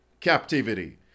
Captivity